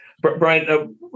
Brian